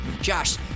Josh